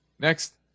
next